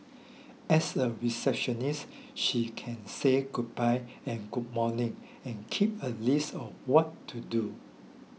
as a receptionist she can say goodbye and good morning and keep a list of what to do